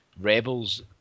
Rebels